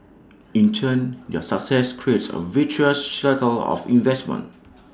in turn their success creates A virtuous cycle of investments